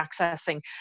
accessing